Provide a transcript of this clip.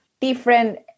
different